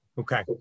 Okay